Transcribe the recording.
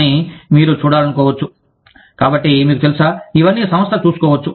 కానీ మీరు చూడాలనుకోవచ్చు కాబట్టి మీకు తెలుసా ఇవన్నీ సంస్థ చూసుకోవచ్చు